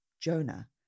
Jonah